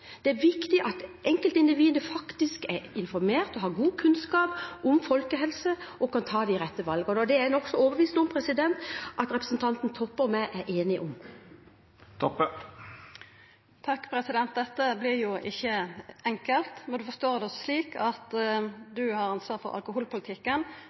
Det er viktig at enkeltindividet faktisk er informert og har god kunnskap om folkehelse og kan ta de rette valgene, og det er jeg nokså overbevist om at representanten Toppe og jeg er enige om. Dette vert jo ikkje enkelt, når statsråden forstår det slik at